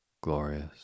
glorious